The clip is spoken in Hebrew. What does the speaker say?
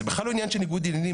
זה בכלל לא עניין של ניגוד עניינים,